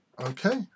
Okay